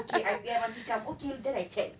okay I_P_M auntie come okay then I check